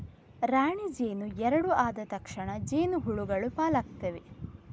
ರಾಣಿ ಜೇನು ಎರಡು ಆದ ತಕ್ಷಣ ಜೇನು ಹುಳಗಳು ಪಾಲಾಗ್ತವೆ